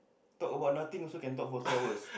talk about nothing also can talk about two hours